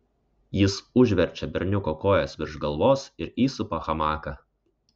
jis užverčia berniuko kojas virš galvos ir įsupa hamaką